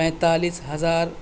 پینتالیس ہزار